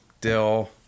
Dill